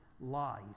lies